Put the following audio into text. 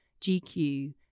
GQ